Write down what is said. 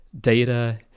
Data